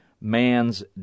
man's